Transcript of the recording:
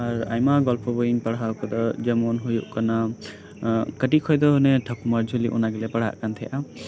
ᱟᱭᱢᱟ ᱜᱚᱞᱯᱚ ᱵᱳᱭᱤᱧ ᱯᱟᱲᱦᱟᱣ ᱠᱟᱫᱟ ᱡᱮᱢᱚᱱ ᱦᱩᱭᱩᱜ ᱠᱟᱱᱟ ᱠᱟᱹᱴᱤᱡ ᱠᱷᱚᱡ ᱫᱚ ᱚᱱᱮ ᱴᱷᱟᱹᱠᱩᱨ ᱢᱟᱨ ᱡᱷᱩᱞᱤ ᱚᱱᱟ ᱜᱮᱞᱮ ᱯᱟᱲᱦᱟᱜ ᱠᱟᱱ ᱛᱟᱦᱮᱸᱱᱟ